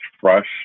fresh